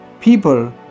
people